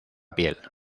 piel